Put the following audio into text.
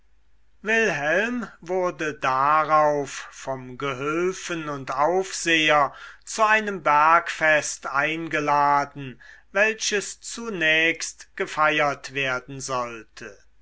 wilhelm wurde darauf vom gehülfen und aufseher zu einem bergfest eingeladen welches zunächst gefeiert werden sollte